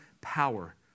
power